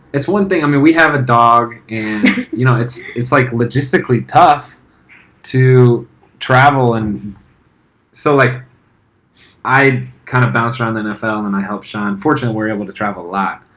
it's one thing, i mean we have a dog and you know it's it's like logistically tough to travel and so like i kind of bounced around the nfl and i helped shawn. fortunately we're able to travel a lot